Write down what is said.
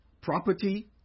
property